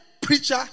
preacher